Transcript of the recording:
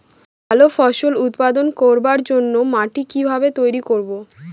ভালো ফসল উৎপাদন করবার জন্য মাটি কি ভাবে তৈরী করব?